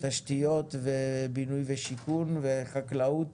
תשתיות , בינוי ושיכון וחקלאות